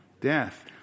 death